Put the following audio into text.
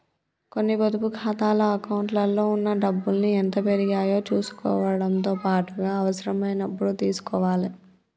కొన్ని పొదుపు ఖాతాల అకౌంట్లలో ఉన్న డబ్బుల్ని ఎంత పెరిగాయో చుసుకోవడంతో పాటుగా అవసరమైనప్పుడు తీసుకోవాలే